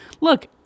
Look